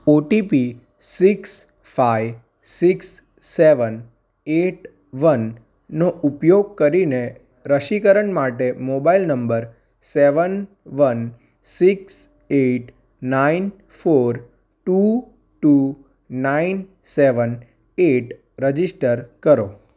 OTP six five six seven eight વનનો ઉપયોગ કરીને રસીકરણ માટે mobile number seven one six eight nine four two two nine seven eight register કરો